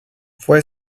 fue